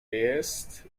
jest